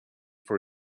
for